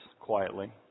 quietly